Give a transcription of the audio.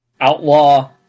Outlaw